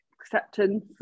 acceptance